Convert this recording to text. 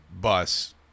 bus